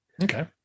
Okay